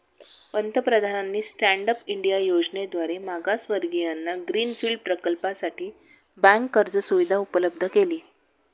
पंतप्रधानांनी stand up India योजनेद्वारे मागासवर्गीयांना ग्रीन फील्ड प्रकल्पासाठी बँक कर्ज सुविधा उपलब्ध केली